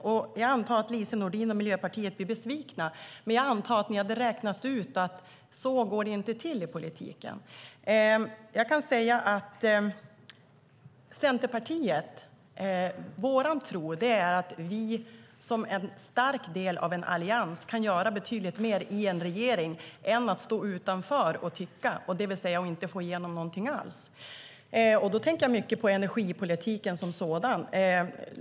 Jag antar att Lise Nordin och Miljöpartiet blir besvikna, men jag tror att ni har räknat ut att det inte går till så i politiken. Centerpartiets tro är att vi som en stark del av en allians kan göra betydligt mer i en regering än genom att stå utanför och tycka och inte få igenom någonting alls. Jag tänker då mycket på energipolitiken som sådan.